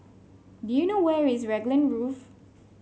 do you know where is Raglan Grove